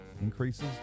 increases